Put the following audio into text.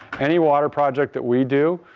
any water project that we do,